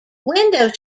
window